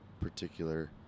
particular